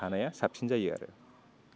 हानाया साबसिन जायो आरो